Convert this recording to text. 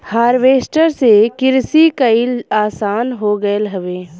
harvester से किरसी कईल आसान हो गयल हौवे